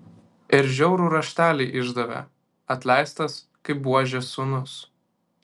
ir žiaurų raštelį išdavė atleistas kaip buožės sūnus